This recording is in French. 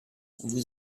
vous